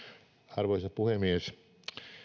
arvoisa puhemies